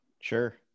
Sure